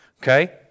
Okay